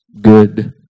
Good